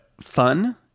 fun